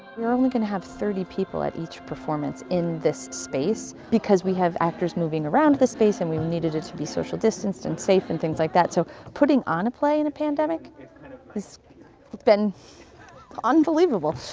we're only going to have thirty people at each performance in this space because we have actors moving around the space and we needed it to be social distanced and safe and things like that so putting on a play in a pandemic pandemic has been unbelievable.